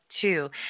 two